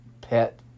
pet